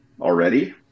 already